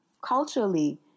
culturally